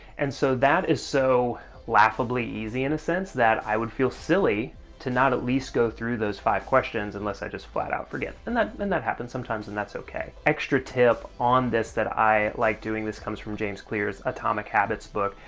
and so that is so laughably easy, in a sense, that i would feel silly to not at least go through those five questions unless i just flat-out forget, and that and that happens sometimes, and that's okay. extra tip on this that i like doing, this comes from james clear's atomic habits book,